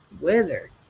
Weather